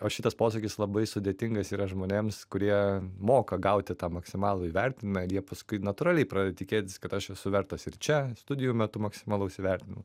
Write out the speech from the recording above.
o šitas posakis labai sudėtingas yra žmonėms kurie moka gauti tą maksimalų įvertinimą ir jie paskui natūraliai pradeda tikėtis kad aš esu vertas ir čia studijų metu maksimalaus įvertinimo